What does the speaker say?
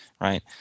right